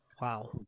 Wow